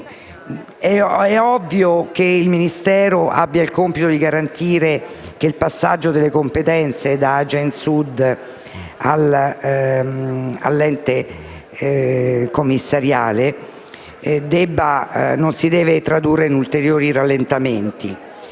infatti, che il Ministero ha il compito di garantire che il passaggio delle competenze da Agensud all’ente commissariale non debba tradursi in ulteriori rallentamenti;